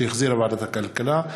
שהחזירה ועדת הכלכלה.